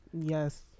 yes